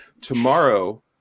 Tomorrow